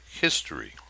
history